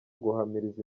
guhamiriza